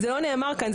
זה לא נאמר כאן,